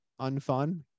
unfun